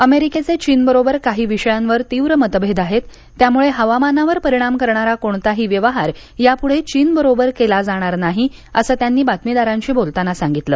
अमेरिकेचे चीन बरोबर काही विषयांवर तीव्र मतभेद आहेत त्यामुळे हवामानावर परिणाम करणारा कोणताही व्यवहार यापुढे चीन बरोबर केला जाणार नाही असं त्यांनी बातमीदारांशी बोलताना सांगितलं